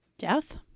Death